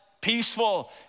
peaceful